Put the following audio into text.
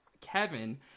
Kevin